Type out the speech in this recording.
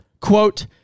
Quote